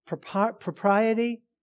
propriety